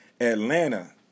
Atlanta